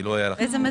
אני אגיד ואת תשלימי.